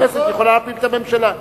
הכנסת יכולה להפיל את הממשלה.